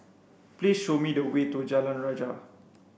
please show me the way to Jalan Rajah